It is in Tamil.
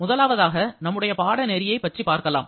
முதலாவதாக நம்முடைய பாடநெறியை பற்றி பார்க்கலாம்